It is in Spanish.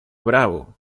bravo